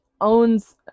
owns